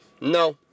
no